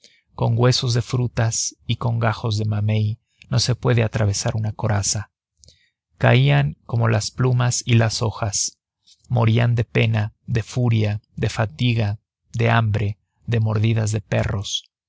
con huesos de frutas y con gajos de mamey no se puede atravesar una coraza caían como las plumas y las hojas morían de pena de furia de fatiga de hambre de mordidas de perros